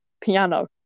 piano